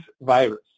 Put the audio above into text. virus